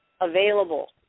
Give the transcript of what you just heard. available